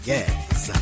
Yes